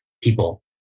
people